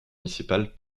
municipales